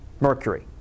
Mercury